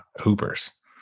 hoopers